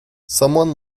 someone